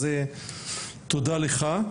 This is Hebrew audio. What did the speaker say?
אז תודה לך.